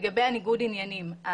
לגבי ניגוד עניינים,